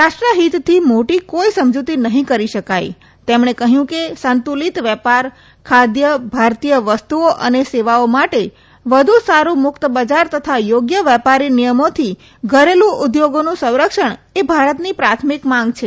રાષ્ટ્રહિતથી મોટી કોઇ સમજીતી નહી કરી શકાય તેમણે કહ્યું કે સંતુલિત વેપાર ખાદ્ય ભારતીય વસ્તુઓ અને સેવાઓ માટે વધુ સારૂ મુકત બજાર તથા યોગ્ય વેપારી નિયમોથી ઘરેલ્ ઉદ્યોગોનું સંરક્ષણ એ ભારતની પ્રાથમિક માંગ છે